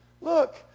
Look